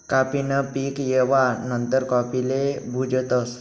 काफी न पीक येवा नंतर काफीले भुजतस